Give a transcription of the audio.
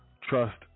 trust